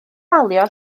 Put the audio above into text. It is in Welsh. malio